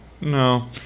no